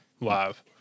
live